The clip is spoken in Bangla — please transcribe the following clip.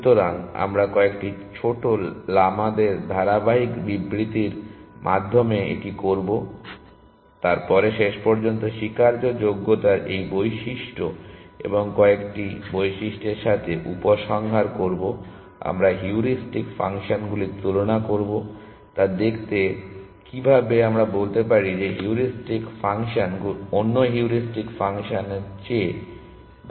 সুতরাং আমরা কয়েকটি ছোট লামাদের ধারাবাহিক বিবৃতির মাধ্যমে এটি করব তারপরে শেষ পর্যন্ত স্বীকার্য যোগ্যতার এই বৈশিষ্ট্য এবং কয়েকটি বৈশিষ্ট্যের সাথে উপসংহার করব আমরা হিউরিস্টিক ফাংশনগুলি তুলনা করব তা দেখতে কীভাবে আমরা বলতে পারি যে একটি হিউরিস্টিক ফাংশন অন্য হিউরিস্টিক ফাংশন এর চেয়ে ভাল